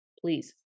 please